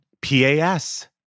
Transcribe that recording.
P-A-S